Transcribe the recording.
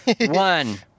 One